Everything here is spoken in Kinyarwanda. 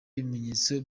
ibimenyetso